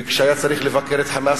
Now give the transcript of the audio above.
וכשהיה צריך לבקר את "חמאס",